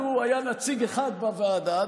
לנו היה נציג אחד בוועדה,